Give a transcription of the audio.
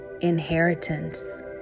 inheritance